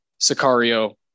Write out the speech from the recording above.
Sicario